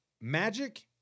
magic